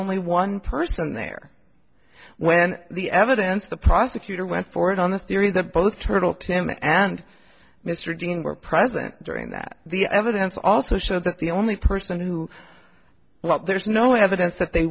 only one person there when the evidence the prosecutor went forward on the theory that both turtle tim and mr dean were present during that the evidence also showed that the only person who love there's no evidence that they